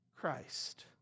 Christ